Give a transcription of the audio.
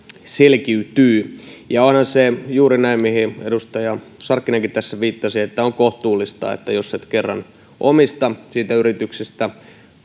selkiytyy onhan se juuri näin mihin edustaja sarkkinenkin tässä viittasi että on kohtuullista että jos et kerran omista siitä yrityksestä